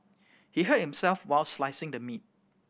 he hurt himself while slicing the meat